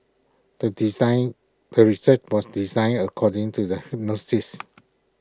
the design the research was designed according to the hypothesis